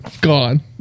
Gone